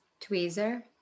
Tweezer